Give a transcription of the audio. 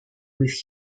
with